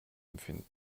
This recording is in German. empfinden